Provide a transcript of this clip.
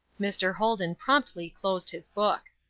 mr. holden promptly closed his book.